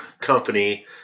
company